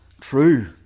true